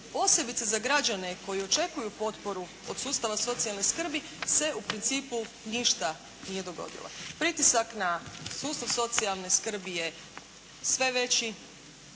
posebice za građane koji očekuju potporu od sustava socijalne skrbi se u principu ništa nije dogodilo. Pritisak na sustav socijalne skrbi je sve veći.